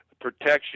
protection